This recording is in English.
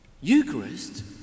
Eucharist